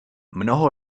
mnoho